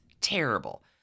terrible